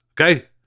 Okay